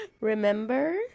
Remember